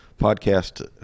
podcast